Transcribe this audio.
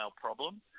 problem